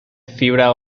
fibra